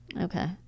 okay